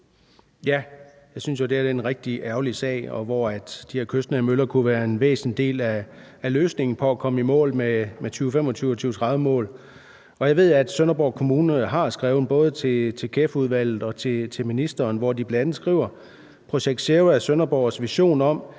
Jeg synes jo, det her er en rigtig ærgerlig sag, hvor de her kystnære møller kunne være en væsentlig del af løsningen på at komme i mål med 2025- og 2030-målet, og jeg ved, at Sønderborg Kommune har skrevet til både KEF-udvalget og ministeren, hvor de bl.a. skriver: ProjectZero er Sønderborgs vision om